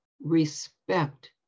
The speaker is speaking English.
Respect